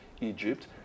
Egypt